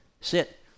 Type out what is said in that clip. sit